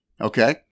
Okay